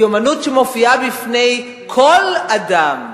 והיא אמנות שמופיעה בפני כל אדם,